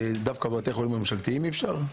דווקא מבתי החולים הממשלתיים אי אפשר?